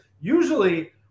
usually